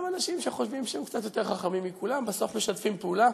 גם אנשים שחושבים שהם קצת יותר חכמים מכולם בסוף משתפים פעולה,